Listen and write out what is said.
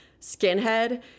skinhead